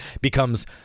becomes